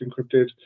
encrypted